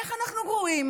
איך אנחנו קוראים